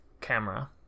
camera